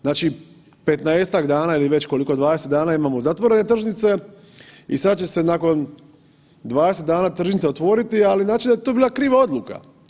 Znači 15-tak dana ili već koliko, 20 dana imamo zatvorene tržnice i sad će se nakon 20 dana tržnice otvoriti, ali znači da je to bila kriva odluka.